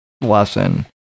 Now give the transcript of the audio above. lesson